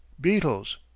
beetles